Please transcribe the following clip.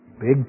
Big